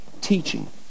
teaching